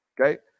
Okay